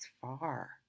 far